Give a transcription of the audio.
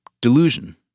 delusion